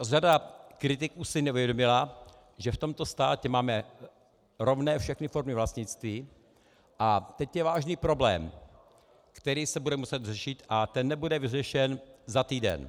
Řada kritiků si neuvědomila, že v tomto státě máme rovné všechny formy vlastnictví, a teď je vážný problém, který se bude muset řešit, a ten nebude vyřešen za týden.